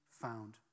found